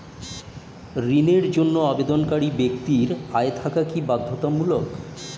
ঋণের জন্য আবেদনকারী ব্যক্তি আয় থাকা কি বাধ্যতামূলক?